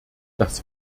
das